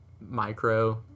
micro